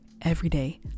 everyday